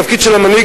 התפקיד של המנהיג,